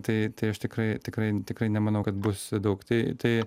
tai tai aš tikrai tikrai tikrai nemanau kad bus daug tai tai